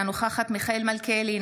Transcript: אינה נוכחת מיכאל מלכיאלי,